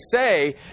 say